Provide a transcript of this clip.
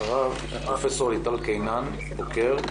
אחריו פרופ' ליטל קינן בוקר,